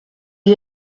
est